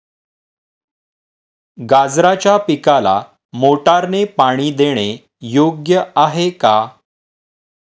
गाजराच्या पिकाला मोटारने पाणी देणे योग्य आहे का?